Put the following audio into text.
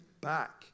back